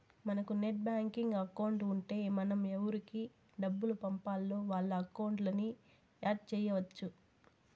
మనకు net banking account ఉంటే మనం ఎవురికి డబ్బులు పంపాల్నో వాళ్ళ అకౌంట్లని యాడ్ చెయ్యచ్చు